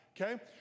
Okay